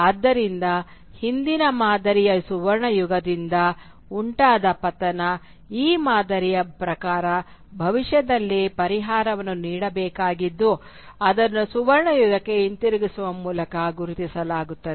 ಆದ್ದರಿಂದ ಹಿಂದಿನ ಮಾದರಿಯ ಸುವರ್ಣಯುಗದಿಂದ ಉಂಟಾದ ಪತನ ಈ ಮಾದರಿಯ ಪ್ರಕಾರ ಭವಿಷ್ಯದಲ್ಲಿ ಪರಿಹಾರವನ್ನು ನೀಡಬೇಕಾಗಿದ್ದು ಅದನ್ನು ಸುವರ್ಣಯುಗಕ್ಕೆ ಹಿಂತಿರುಗಿಸುವ ಮೂಲಕ ಗುರುತಿಸಲಾಗುತ್ತದೆ